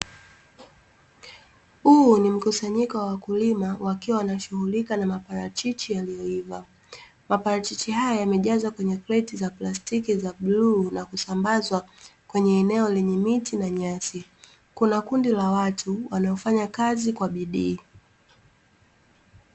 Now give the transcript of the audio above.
Huu ni mkusanyiko wa wakulima wakiwa wanashughulika na maparachichi yaliyoiva. Maparachichi haya yamejazwa kwenye kreti za plastiki za bluu na kusambazwa kwenye eneo lenye miti na nyasi. Kuna kundi la watu wanaofanya kazi kwa bidii.